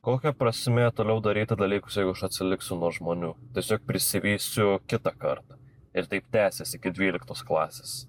kokia prasmė toliau daryti dalykus jeigu aš atsiliksiu nuo žmonių tiesiog prisivysiu kitą kartą ir taip tęsės iki dvyliktos klasės